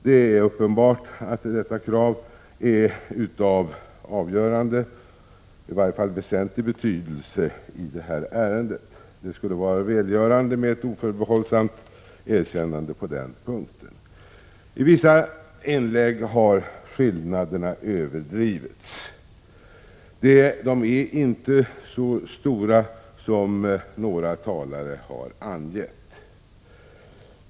Det är uppenbart att detta krav är av avgörande, i varje fall väsentlig, betydelse i detta ärende. Det skulle vara välgörande med ett oförbehållsamt erkännande på den punkten. I vissa inlägg har skillnaderna överdrivits. De är inte så stora som några talare har angett.